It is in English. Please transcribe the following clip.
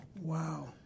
Wow